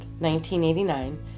1989